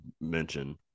mention